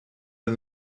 and